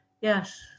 Yes